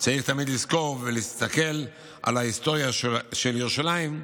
צריך תמיד לזכור ולהסתכל על ההיסטוריה של ירושלים.